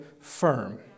firm